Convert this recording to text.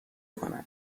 کنن